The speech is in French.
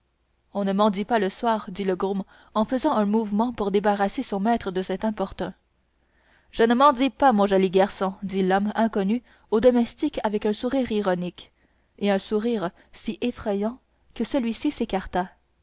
on ne mendie pas le soir dit le groom en faisant un mouvement pour débarrasser son maître de cet importun je ne mendie pas mon joli garçon dit l'homme inconnu au domestique avec un sourire ironique et un sourire si effrayant que celui-ci s'écarta